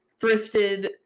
thrifted